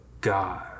God